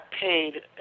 paid